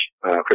Chris